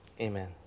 Amen